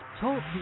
Talk